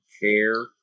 care